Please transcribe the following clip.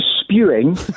spewing